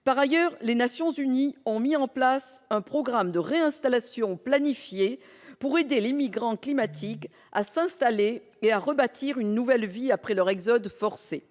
Par ailleurs, les Nations unies ont mis en place un programme de réinstallation planifiée pour aider les migrants climatiques à s'installer et à rebâtir une nouvelle vie après leur exode forcé.